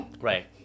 Right